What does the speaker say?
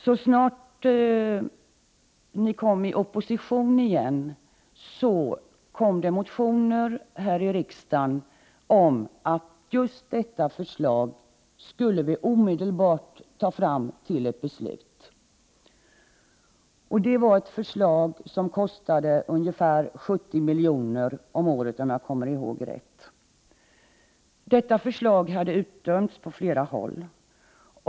Så snart ni kom i opposition igen lade ni fram motioner här i riksdagen om att just detta förslag omedelbart skulle tas fram till ett beslut. Det föreslagna stödet kostade ungefär 70 milj.kr. om året, om jag minns rätt. Förslaget hade utdömts på flera håll.